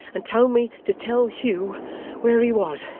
and told me to tell hugh where he was.